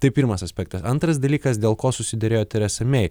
tai pirmas aspektas antras dalykas dėl ko susiderėjo teresa mei